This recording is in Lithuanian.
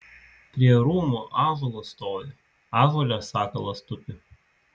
prie rūmų ąžuolas stovi ąžuole sakalas tupi